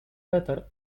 letter